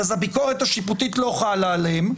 אז הביקורת השיפוטית לא חלה עליהם,